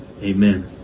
Amen